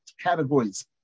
categories